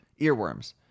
Earworms